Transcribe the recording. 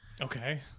Okay